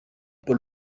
paul